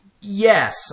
Yes